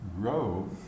grow